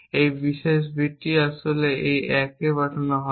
এই বিশেষ বিটটি আসলে এই 1 এ পাঠানো হবে